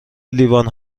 لیوان